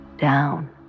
down